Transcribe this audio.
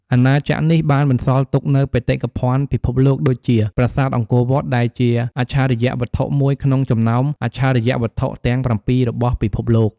អាណាចក្រនេះបានបន្សល់ទុកនូវបេតិកភណ្ឌពិភពលោកដូចជាប្រាសាទអង្គរវត្តដែលជាអច្ឆរិយវត្ថុមួយក្នុងចំណោមអច្ឆរិយវត្ថុទាំងប្រាំពីររបស់ពិភពលោក។